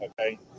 okay